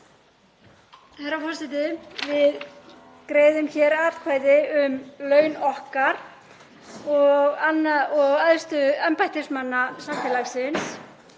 Herra forseti. Við greiðum hér atkvæði um laun okkar og æðstu embættismanna samfélagsins.